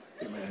Amen